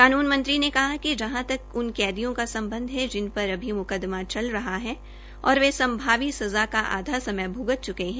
कानून मंत्री ने कहा कि जहां तक उन कैदियों का सम्बध है जिन पर अभी मुकदमा चल रहा है और वे संभावी सजा का आधा समय भ्गत चुके है